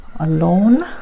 alone